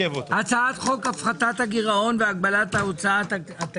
הצעת חוק הפחתת הגירעון והגבלת ההוצאה התקציבית.